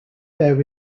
there